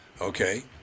Okay